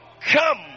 come